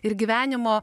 ir gyvenimo